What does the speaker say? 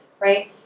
right